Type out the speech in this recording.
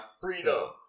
freedom